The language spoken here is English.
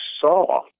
saw